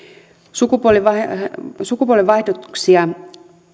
sukupuolenvaihdoksia